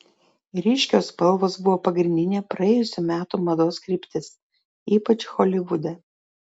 ryškios spalvos buvo pagrindinė praėjusių metų mados kryptis ypač holivude